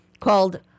called